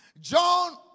John